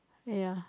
ya